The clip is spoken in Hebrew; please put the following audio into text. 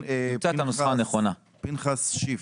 פנחס שיף,